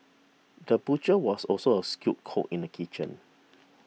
the butcher was also a skilled cook in the kitchen